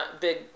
big